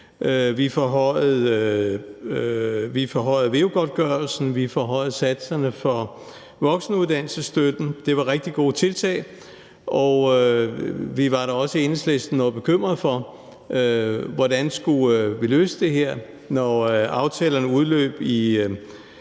Vi forhøjede veu-godtgørelsen, og vi forhøjede satserne for voksenuddannelsesstøtten; det var rigtig gode tiltag. Vi var da også i Enhedslisten noget bekymrede for, hvordan vi skulle løse det her, når aftalerne udløb